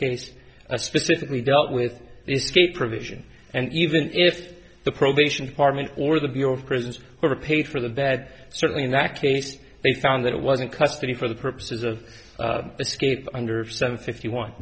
case specifically dealt with escape provision and even if the probation department or the bureau of prisons were paid for the bad certainly in that case they found that it wasn't custody for the purposes of escape under seven fifty one